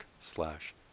slash